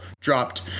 dropped